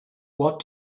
what